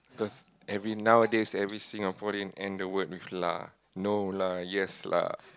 because every nowadays every Singaporean end the day with lah no lah yes lah